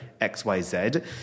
xyz